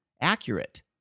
accurate